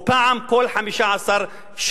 או פעם כל 15 שנה.